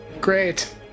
Great